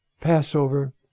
Passover